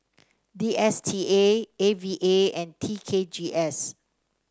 D S T A A V A and T K G S